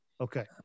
Okay